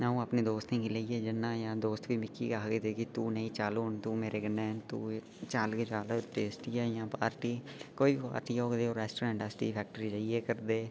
अं'ऊं अपने दोस्तें गी लेइयै जन्नां जां दोस्त बी मिगी गै आखदे तू लेई चल चल गै चल हून कोई पार्टी होऐ अस रैस्टोरेंट च जाइयै गै करदे